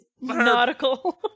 nautical